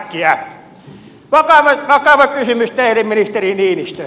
vakava kysymys teille ministeri niinistö